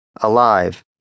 Alive